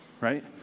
right